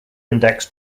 index